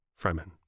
Fremen